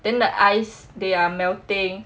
then the ice they are melting